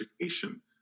education